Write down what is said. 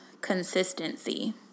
consistency